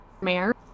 mayor